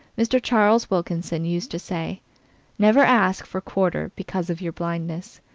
mr. charles wilkinson used to say never ask for quarter because of your blindness.